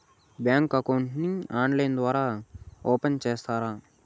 Bank account ని online ద్వారా open సేస్తారా?